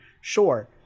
Sure